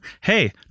hey